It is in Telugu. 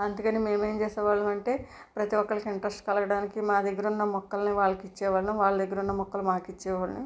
అందుకని మేము ఎమీ చేసే వాళ్ళము అంటే ప్రతి ఒక్కరికీ ఇంట్రెస్ట్ కలగడానికి మా దగ్గర ఉన్న మొక్కల్ని వాళ్ళకి ఇచ్చే వాళ్ళం వాళ్ళ దగ్గర ఉన్న మొక్కలు మాకు ఇచ్చేవారు